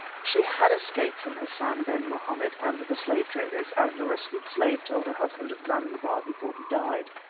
she had escaped from hassan-ben-mohammed and the slave-traders, as the rescued slave told her husband at zanzibar before he died,